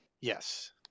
Yes